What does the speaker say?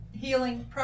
healing